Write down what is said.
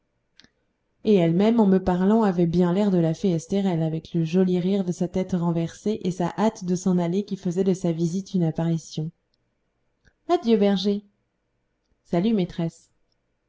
et elle-même en me parlant avait bien l'air de la fée estérelle avec le joli rire de sa tête renversée et sa hâte de s'en aller qui faisait de sa visite une apparition adieu berger salut maîtresse